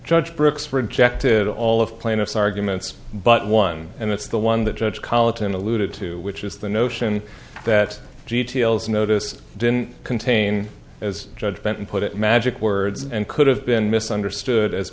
judge brooks rejected all of plaintiff's arguments but one and that's the one the judge colleton alluded to which is the notion that details notice didn't contain as judge benton put it magic words and could have been misunderstood as